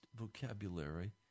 vocabulary